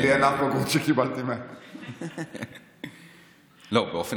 לי אין אף בגרות שקיבלתי בה 100. באופן